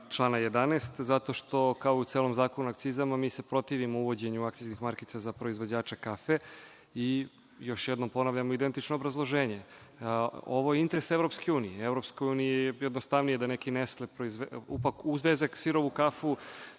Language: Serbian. člana 11. zato što, kao u celom Zakonu o akcizama, mi se protivimo uvođenju akciznih markica za proizvođača kafe. Još jednom ponavljamo identično obrazloženje. Ovo je interes EU i EU je jednostavnije da neki „Nestle“… za sirovu kafu